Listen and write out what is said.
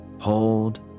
Hold